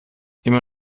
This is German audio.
immer